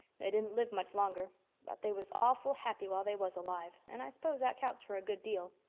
they didn't live much longer but they was awful happy while they was alive, and i s'pose that counts for a good deal.